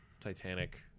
Titanic